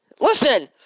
Listen